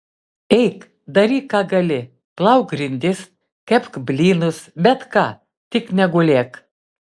eik daryk ką gali plauk grindis kepk blynus bet ką tik negulėk